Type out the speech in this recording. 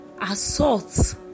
assault